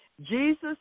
Jesus